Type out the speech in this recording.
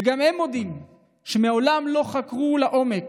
וגם הם מודים שמעולם לא חקרו לעומק.